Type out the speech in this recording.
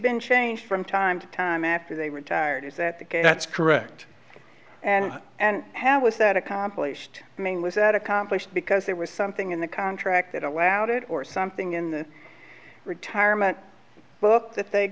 been changed from time to time after they retired is that that's correct and and how was that accomplished mainly set accomplished because there was something in the contract that allowed it or something in the retirement book that they